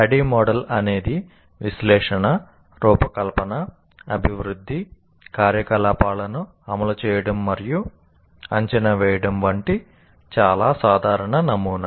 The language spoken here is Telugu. ADDIE మోడల్ అనేది విశ్లేషణ రూపకల్పన అభివృద్ధి కార్యకలాపాలను అమలు చేయడం మరియు అంచనా వేయడం వంటి చాలా సాధారణ నమూనా